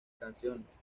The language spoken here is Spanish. canciones